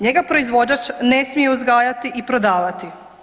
Njega proizvođač ne smije uzgajati i prodavati.